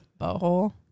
Butthole